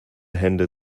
hände